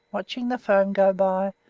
watching the foam go by,